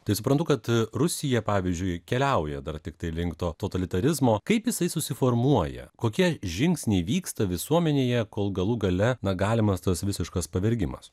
tai suprantu kad rusija pavyzdžiui keliauja dar tiktai link to totalitarizmo kaip jisai susiformuoja kokie žingsniai vyksta visuomenėje kol galų gale na galimas tas visiškas pavergimas